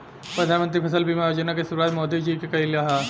प्रधानमंत्री फसल बीमा योजना के शुरुआत मोदी जी के कईल ह